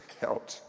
help